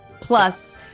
plus